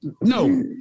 No